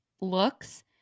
looks